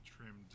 trimmed